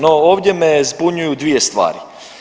No, ovdje me zbunjuju dvije stvari.